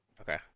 Okay